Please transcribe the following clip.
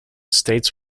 states